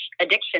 addiction